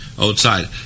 outside